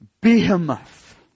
behemoth